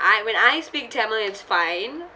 I when I speak tamil it's fine